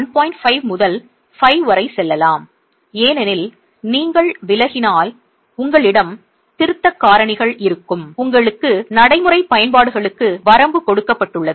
5 முதல் 5 வரை செல்லலாம் ஏனெனில் நீங்கள் விலகினால் உங்களிடம் திருத்தக் காரணிகள் இருக்கும் உங்களுக்கு நடைமுறை பயன்பாடுகளுக்கு வரம்பு கொடுக்கப்பட்டுள்ளது